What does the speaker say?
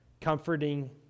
comforting